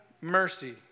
mercy